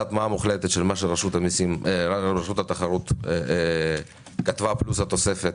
הטמעה מוחלטת של מה שרשות התחרות כתבה פלוס התוספת